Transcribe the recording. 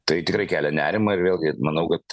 tai tikrai kelia nerimą ir vėlgi manau kad